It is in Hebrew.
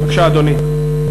בבקשה, אדוני.